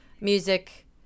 music